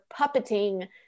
puppeting